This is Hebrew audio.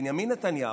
בנימין נתניהו,